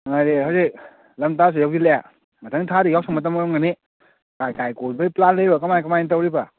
ꯅꯨꯡꯉꯥꯏꯔꯤꯌꯦ ꯍꯧꯖꯤꯛ ꯂꯝꯇꯥꯁꯨ ꯌꯧꯁꯤꯜꯂꯛꯑꯦ ꯃꯊꯪ ꯊꯥꯗꯤ ꯌꯥꯎꯁꯪ ꯃꯇꯝ ꯑꯣꯏꯔꯝꯒꯅꯤ ꯀꯥꯏ ꯀꯥꯏꯗ ꯀꯣꯏꯕꯒꯤ ꯄ꯭ꯂꯥꯟ ꯂꯩꯕ ꯀꯃꯥꯏ ꯀꯃꯥꯏ ꯇꯧꯔꯤꯕ